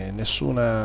nessuna